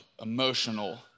emotional